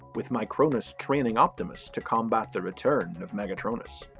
with micronus training optimus to combat the return of megatronus.